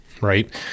right